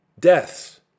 deaths